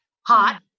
hot